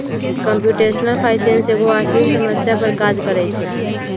computational finance एगो वास्तविक समस्या पर काज करइ छै